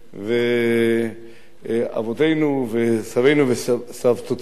ואבותינו וסבינו וסבותינו,